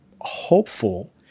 hopeful